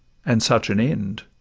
and such an end!